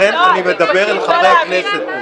אני מדבר אל חברי הכנסת.